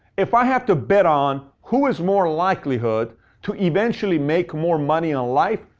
if i have to bet on who is more likelihood to eventually make more money in life,